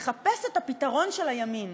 לחפש את הפתרון של הימין.